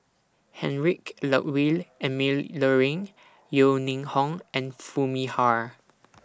Heinrich Ludwig Emil Luering Yeo Ning Hong and Foo Mee Har